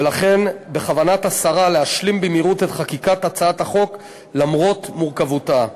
ולכן בכוונת השרה להשלים במהירות את חקיקתה למרות מורכבותה.